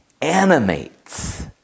animates